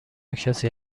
کسی